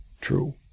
true